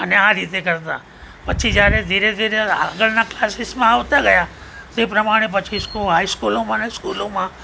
અને આ રીતે કરતા પછી જ્યારે ધીરે ધીરે આગળના ક્લાસીસમાં આવતા ગયા તે પ્રમાણે પાછી હાઈ સ્કૂલોમાં ને સ્કૂલોમાં